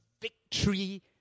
victory